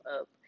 up